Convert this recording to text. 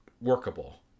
workable